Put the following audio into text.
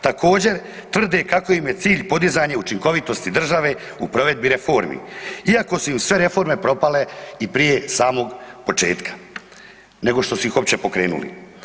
Također, tvrde kako im je cilj podizanje učinkovitosti države u provedbi reformi, iako su im sve reforme propale i prije samog početka nego što su ih uopće pokrenuli.